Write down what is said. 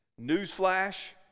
newsflash